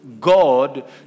God